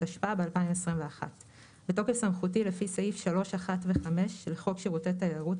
התשפ"ב-2021 בתוקף סמכותי לפי סעיף 3(1) ו-(5) של חוק שירותי תיירות,